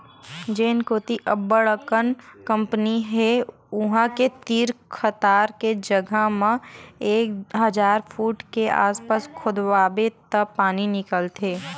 जेन कोती अब्बड़ अकन कंपनी हे उहां के तीर तखार के जघा म एक हजार फूट के आसपास खोदवाबे त पानी निकलथे